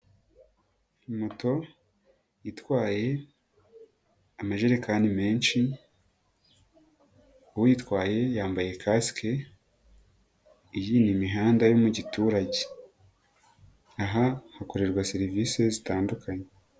Moto itwaye amajerekani menshi, uwuyitwaye yambaye kasike, iyi ni imihanda yo mu giturage. Aha hakorerwa serivisi zitandukanye.